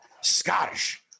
Scottish